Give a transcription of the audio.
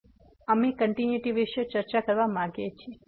તેથી અમે કંટીન્યુટી વિશે ચર્ચા કરવા માંગીએ છીએ